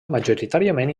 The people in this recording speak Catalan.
majoritàriament